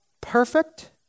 perfect